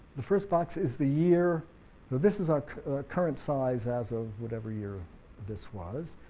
the first box is the year this is our current size as of whatever year this was.